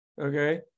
okay